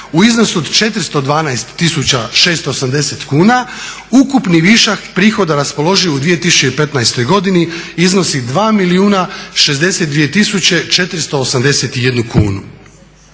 u iznosu od 412 tisuća 680 kuna ukupni višak prihoda raspoloživ u 2015. godini iznosi 2 milijuna